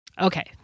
Okay